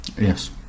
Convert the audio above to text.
Yes